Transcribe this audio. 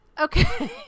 Okay